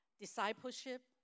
discipleship